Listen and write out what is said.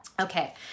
Okay